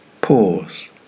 Pause